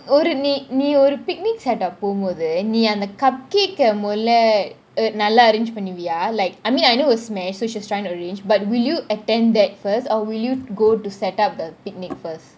ஒரு நீ நீ ஒரு :oru nee nee oru picnic set-up போகும்போது நீ அந்த : pogumbothu nee antha cupcake eh மொதல்ல நல்ல :mothala nalla arrangement பண்ணுவியா : panuviya like I mean I know it's smashed so she's trying to arrange but will you attend that first or will you go to set up the picnic first